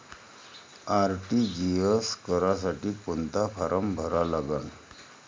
RTGS करासाठी कोंता form भरा लागन?